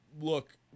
look